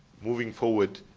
moving forward,